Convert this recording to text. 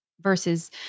versus